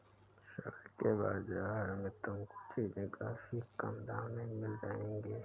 सड़क के बाजार में तुमको चीजें काफी कम दाम में मिल जाएंगी